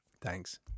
Thanks